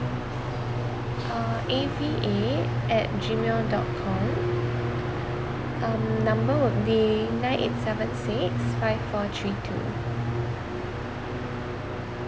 uh A V A at gmail dot com um number would be nine eight seven six five four three two